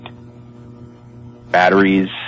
Batteries